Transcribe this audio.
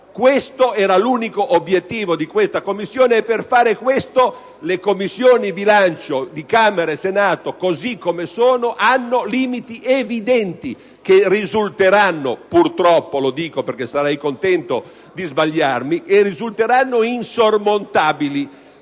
Questo era l'unico obiettivo di questa Commissione, e per fare questo le Commissioni bilancio di Camera e Senato, così come sono, hanno limiti evidenti che risulteranno purtroppo - sarei contento di sbagliarmi - insormontabili.